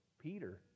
Peter